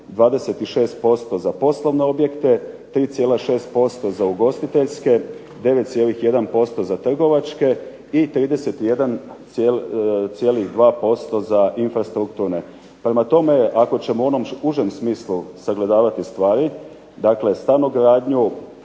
26% za poslovne objekte, 3,6% za ugostiteljske, 9,1% za trgovačke i 31,2% za infrastrukturne, prema tome ako ćemo u onom užem smislu sagledavati stvari, dakle stanogradnju,